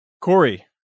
Corey